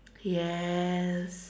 yes